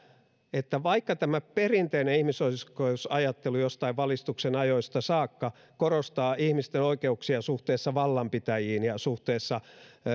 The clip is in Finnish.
että vaikka tämä perinteinen ihmisoikeusajattelu jostain valistuksen ajoista saakka on korostanut ihmisten oikeuksia suhteessa vallanpitäjiin ja suhteessa